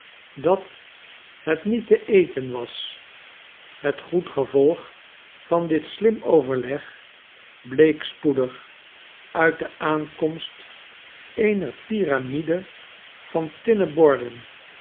dat het niet te eten was het goed gevolg van dit slim overleg bleek spoedig uit de aankomst eener piramide van tinnen borden